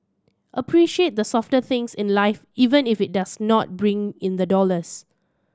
appreciate the softer things in life even if it does not bring in the dollars